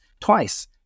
twice